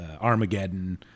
Armageddon